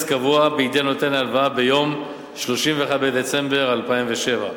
קבוע" בידי נותן ההלוואה ביום 31 בדצמבר 2007,